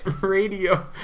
radio